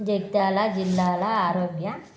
జగిత్యాల జిల్లాలా ఆరోగ్య